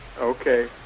Okay